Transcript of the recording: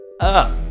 up